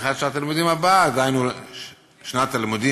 וכנראה מי שאין לו ילד בבית שהוא בעל צרכים